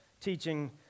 teaching